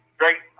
Great